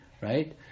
right